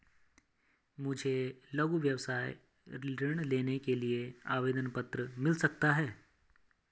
मुझे लघु व्यवसाय ऋण लेने के लिए आवेदन पत्र मिल सकता है?